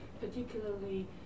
particularly